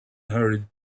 hurried